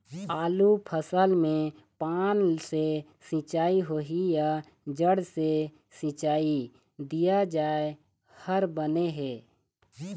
आलू फसल मे पान से सिचाई होही या जड़ से सिचाई दिया जाय हर बने हे?